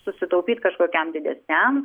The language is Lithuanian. susitaupyt kažkokiam didesniam